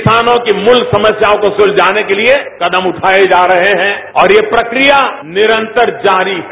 किसानों की मूल समस्याओं को सुलझाने के लिए कदम उठाए जा रहे हैं और ये प्रक्रिया निरन्तर जारी है